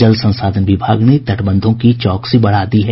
जल संसाधन विभाग ने तटबंधों पर चौकसी बढ़ा दी है